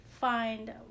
find